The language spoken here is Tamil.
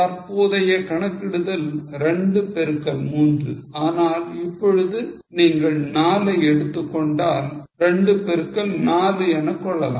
தற்போதைய கணக்கிடுதல் 2 பெருக்கல் 3 ஆனால் இப்பொழுது நீங்கள் 4 ஐ எடுத்துக்கொண்டால் 2 பெருக்கல் 4 எனக்கொள்ளலாம்